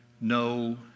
no